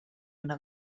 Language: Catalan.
una